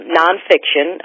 nonfiction